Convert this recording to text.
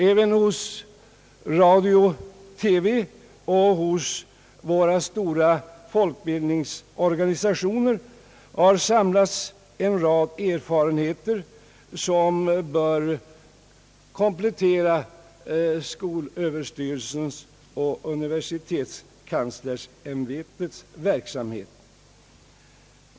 Även hos radio-TV och våra stora folkbildningsorganisationer har samlats en rad erfarenheter, som bör komplettera skolöverstyrelsens och universitetskanslersämbetets verksamhet.